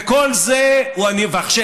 ועכשיו,